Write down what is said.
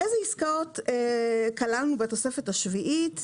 אילו עסקאות כללנו בתוספת השביעית,